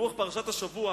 ברוח פרשת השבוע